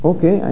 Okay